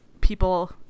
people